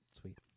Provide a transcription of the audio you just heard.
Sweet